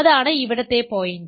അതാണ് ഇവിടത്തെ പോയിൻറ്